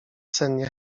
sennie